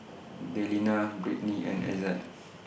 Delina Brittnie and Ezzard